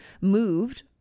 moved